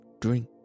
drink